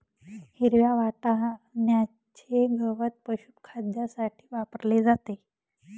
हिरव्या वाटण्याचे गवत पशुखाद्यासाठी वापरले जाते